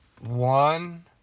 one